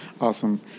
Awesome